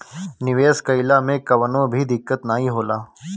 निवेश कइला मे कवनो भी दिक्कत नाइ होला